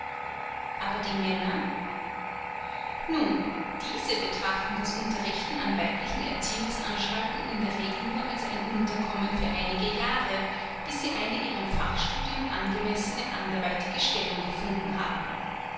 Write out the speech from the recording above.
aber die männer nun diese betrachten das unterrichten an weiblichen erziehungsanstalten in der regel nur als ein unterkommen für einige jahre bis sie eine ihrem fachstudium angemessne anderweitige stellung gefunden haben